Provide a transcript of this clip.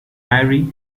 airy